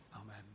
Amen